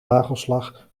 hagelslag